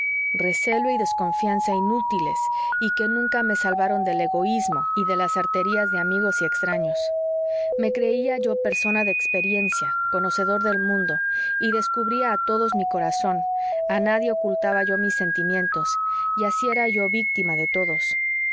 recelo y desconfianza inútiles y que nunca me salvaron del egoísmo y de las arterías de amigos y extraños me creía yo persona de experiencia conocedor del mundo y descubría a todos mi corazón a nadie ocultaba yo mis sentimientos y así era yo víctima de todos